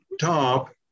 top